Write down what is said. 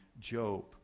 Job